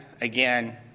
Again